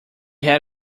had